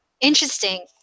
Interesting